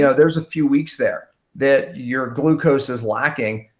so there's a few weeks there that your glucose is lacking,